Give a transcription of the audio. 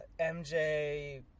MJ